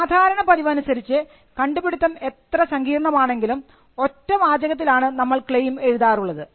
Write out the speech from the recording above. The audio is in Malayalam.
സാധാരണ പതിവനുസരിച്ച് കണ്ടുപിടിത്തം എത്ര സങ്കീർണമാണെങ്കിലും ഒറ്റവാചകത്തിൽ ആണ് നമ്മൾ ക്ലെയിം എഴുതാറുള്ളത്